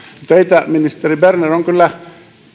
teitä ministeri berner on kyllä